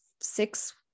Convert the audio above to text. six